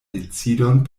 decidon